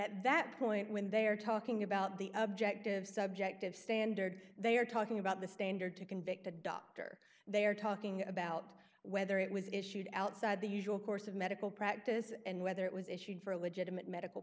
at that point when they are talking about the objective subjective standard they are talking about the standard to convict a doctor they are talking about whether it was issued outside the usual course of medical practice and whether it was issued for a legitimate medical